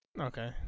Okay